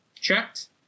checked